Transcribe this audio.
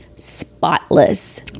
spotless